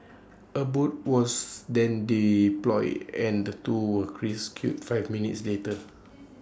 A boat was then deployed and the two were rescued five minutes later